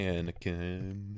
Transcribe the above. Anakin